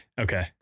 Okay